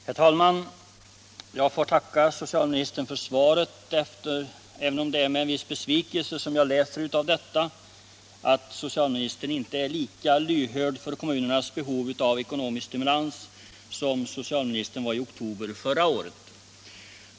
Herr talman! Jag får tacka socialministern för svaret, även om det är med en viss besvikelse jag utläser av det att socialministern inte är lika lyhörd för kommunernas behov av ekonomisk stimulans nu som han var i oktober förra året.